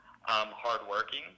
hardworking